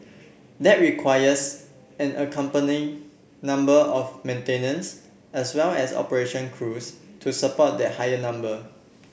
that requires an accompanying number of maintenance as well as operation crews to support that higher number